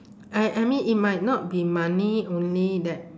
I I mean it might not be money only that